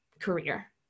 Career